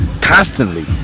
Constantly